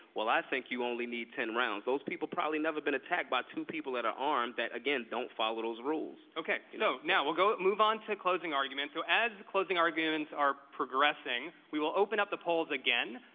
well, i think you only need ten rounds. those people probably never been attacked by two people that are armed that, again, don't follow those rules okay, so, now, we'll go move on to closing arguments. so as closing arguments are progressing, we will open up the polls again.